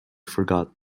forgot